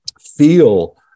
feel